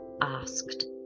asked